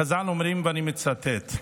חז"ל אומרים, ואני מצטט: